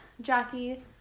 Jackie